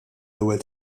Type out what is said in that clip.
ewwel